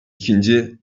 ikinci